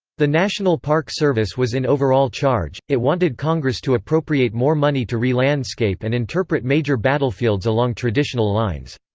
the national park service was in overall charge it wanted congress to appropriate more money to re-landscape and interpret major battlefields along traditional lines.